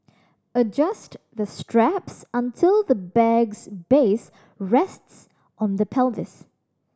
adjust the straps until the bag's base rests on the pelvis